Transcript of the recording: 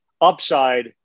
upside